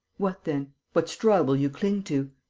what then? what straw will you cling to?